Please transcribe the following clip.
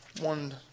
one